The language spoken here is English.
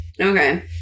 Okay